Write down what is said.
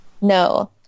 No